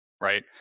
Right